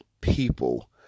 people